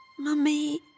Mummy